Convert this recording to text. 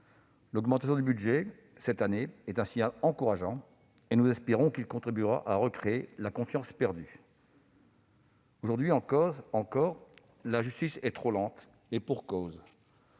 L'augmentation du budget de la mission, cette année, est un signal encourageant. Nous espérons qu'il contribuera à recréer la confiance perdue. Aujourd'hui encore, la justice est trop lente, et pour cause